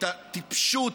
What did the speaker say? את הטיפשות,